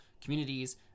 communities